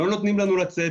לא נותנים לנו לצאת,